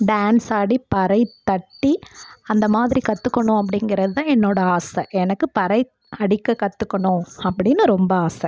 dance ஆடி பறை தட்டி அந்த மாதிரி கற்றுக்கணும் அப்படிங்குறது தான் என்னோடய ஆசை எனக்கு பறை அடிக்க கற்றுக்கணும் அப்படின்னு ரொம்ப ஆசை